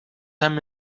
hem